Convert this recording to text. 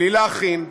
בלי להכין,